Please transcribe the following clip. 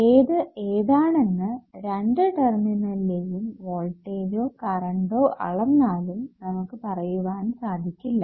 ഏത് ഏതാണെന്ന് രണ്ടു ടെർമിനലിലെയും വോൾട്ടേജ്ജോ കറണ്ടോ അളന്നാലും നമുക്ക് പറയുവാൻ സാധിക്കില്ല